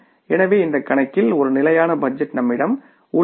எனவே இந்த கணக்கில் ஒரு ஸ்டாடிக் பட்ஜெட் நம்மிடம் உள்ளது